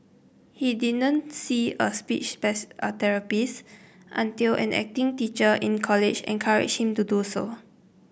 he didn't see a speech until an acting teacher in college encouraged him to do so